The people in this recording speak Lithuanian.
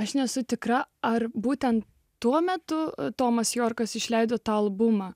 aš nesu tikra ar būtent tuo metu tomas jorkas išleido tą albumą